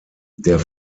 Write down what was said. der